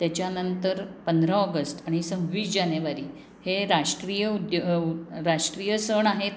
त्याच्यानंतर पंधरा ऑगस्ट आणि सव्वीस जानेवारी हे राष्ट्रीय उद्य राष्ट्रीय सण आहेत